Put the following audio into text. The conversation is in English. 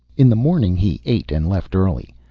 in the morning he ate and left early.